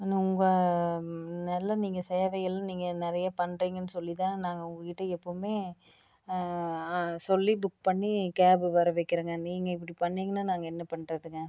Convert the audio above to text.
இன்னும் உங்கள் நல்ல நீங்கள் சேவையெல்லாம் நீங்கள் நிறைய பண்ணுறிங்கன்னு சொல்லிதான் நாங்கள் உங்கள் கிட்டே எப்பவுமே சொல்லி புக் பண்ணி கேபு வர வைக்கிறேங்க நீங்கள் இப்படி பண்ணீங்கன்னால் நாங்கள் என்ன பண்ணுறதுங்க